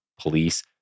police